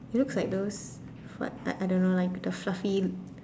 it looks like those what I I don't know like the fluffy